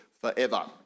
forever